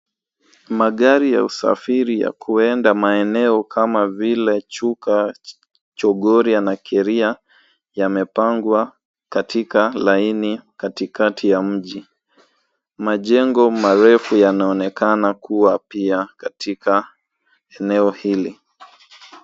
Magari ya kusafiri yanayoenda maeneo kama vile Chuka, Chogoria na Keria yamepangwa katika laini katikati ya mji, majengo marefu yaaonekana kuwa pia katika eneo hili.